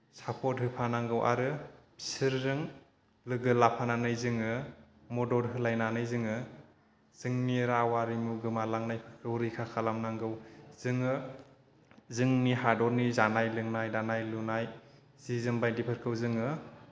सापर्थ होफानांगौ आरो बिसोरजों लोगो फानानै जोङो मदद होलायनानै जोङो जोंनि राव आरिमु गोमालांनायफोरखौ रैखा खालामनांगौ जोङो जोंनि हादरनि जानाय लोंनाय दानाय लुनाय जि जोमफोरखौ जोङो